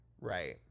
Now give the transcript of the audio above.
Right